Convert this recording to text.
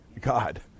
God